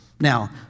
Now